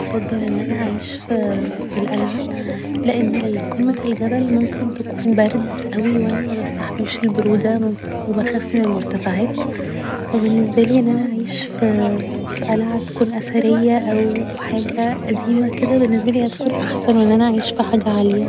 افضل ان أنا أعيش ف في القلعة لان قمة الجبل ممكن تكون برد اوي و أنا مبستحملش البرودة و بخاف من المرتفعات ف بالنسبالي إن أنا أعيش ف في قلعة تكون اثرية او حاجة قديمة كده بالنسبالي هتكون احسن من أن أنا أعيش في حاجة عالية